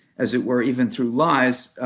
as it were, even through lies,